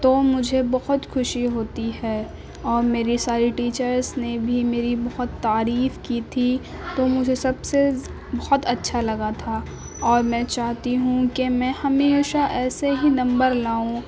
تو مجھے بہت خوشی ہوتی ہے اور میری ساری ٹیچرس نے بھی میری بہت تعریف کی تھی تو مجھے سب سے بہت اچھا لگا تھا اور میں چاہتی ہوں کہ میں ہمیشہ ایسے ہی نمبر لاؤں